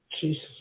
Jesus